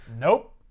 Nope